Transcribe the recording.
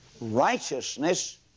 Righteousness